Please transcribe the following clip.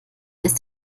ist